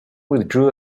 withdrew